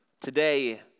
Today